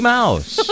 Mouse